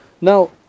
Now